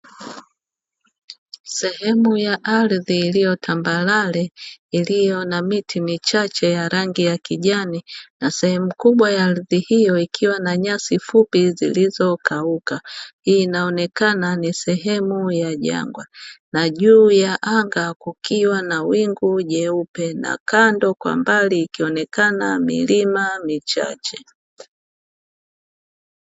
Sehemu ya ardhi iliyo tambarare iliyo na miti michache ya rangi ya kijani na sehemu kubwa ya ardhi hiyo ikiwa na nyasi fupi zilizokauka. Hii inaonekana ni sehemu ya jangwa, na juu ya anga kukiwa na wingu jeupe na kando kwa mbali ikionekana milima michache.